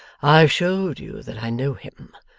i've showed you that i know him,